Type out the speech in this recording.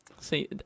See